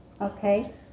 Okay